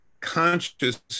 conscious